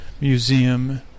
museum